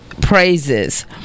praises